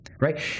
right